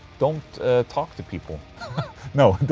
don't talk to people no,